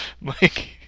Mike